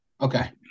Okay